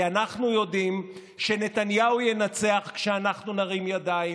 כי אנחנו יודעים שנתניהו ינצח כשאנחנו נרים ידיים,